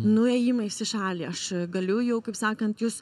nuėjimais į šalį aš galiu jau kaip sakant jus